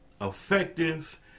effective